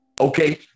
okay